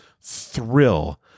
thrill